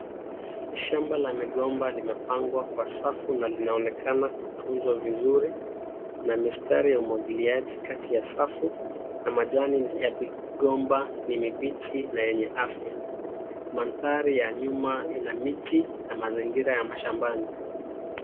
Shamba la migomba limepangwa kwa safu na linaonekana kutunzwa vizuri kun mistari ya kumwagilia maji kati ya safu na majani ya migomba ni mibichi na yenye afya. Na maadhari ya nyuma ina miti na mazingira ya mashambani